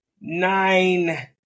nine